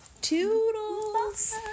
toodles